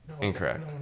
Incorrect